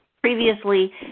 previously